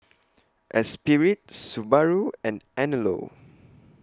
Esprit Subaru and Anello